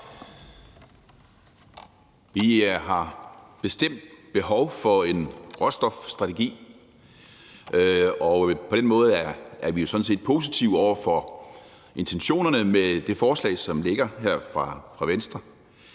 Vi har bestemt behov for en råstofstrategi, og på den måde er vi sådan set positive over for intentionerne med det forslag, som ligger her fra Venstre.